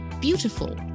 beautiful